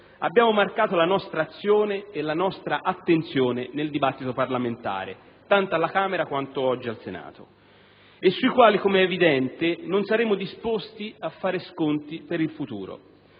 abbiamo marcato la nostra azione e la nostra attenzione nel dibattito parlamentare, tanto alla Camera quanto oggi al Senato. Su di essi, come è evidente, non saremo disposti a fare sconti per il futuro.